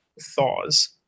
thaws